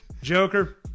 Joker